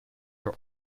are